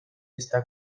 esta